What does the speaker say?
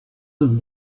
than